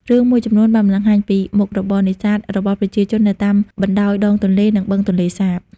រឿងមួយចំនួនបានបង្ហាញពី មុខរបរនេសាទ របស់ប្រជាជននៅតាមបណ្តោយដងទន្លេ និងបឹងទន្លេសាប។